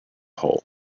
hole